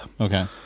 Okay